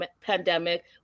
pandemic